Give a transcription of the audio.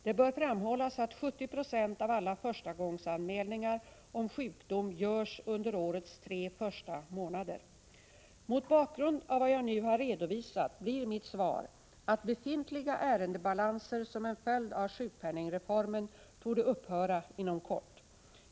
Det bör framhållas att 70 96 av alla förstagångsanmälningar om sjukdom görs under årets tre första månader. Mot bakgrund av vad jag nu har redovisat blir mitt svar att befintliga ärendebalanser som en följd av sjukpenningreformen torde upphöra inom kort.